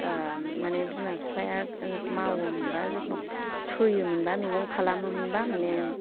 माने बिमा बिफाया मावोमोनबा जत्न' सोयोमोनबा मैगं खालामो मोनबा माने